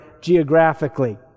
geographically